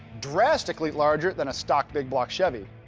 drastically larger than a stock big block chevy.